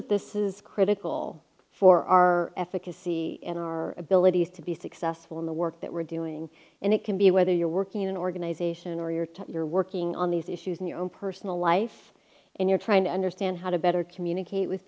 that this is critical for our efficacy and our abilities to be successful in the work that we're doing and it can be whether you're working in an organization or your time you're working on these issues in your own personal life and you're trying to understand how to better communicate with